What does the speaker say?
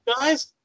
Guys